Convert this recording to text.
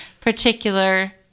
particular